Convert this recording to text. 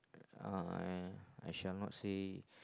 uh ya ya I shall not say